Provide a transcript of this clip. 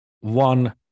one